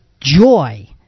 joy